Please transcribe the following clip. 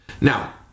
Now